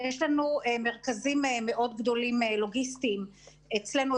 יש לנו מרכזים לוגיסטיים גדולים מאוד אצלנו,